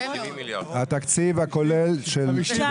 70